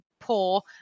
poor